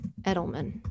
Edelman